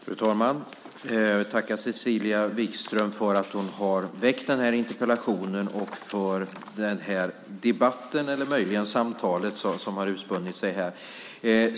Fru talman! Jag vill tacka Cecilia Wikström för att hon har ställt den här interpellationen och för den här debatten, eller möjligen det samtal som har utspunnit sig här.